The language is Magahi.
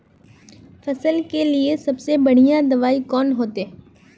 फसल के लिए सबसे बढ़िया दबाइ कौन होते?